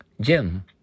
Jim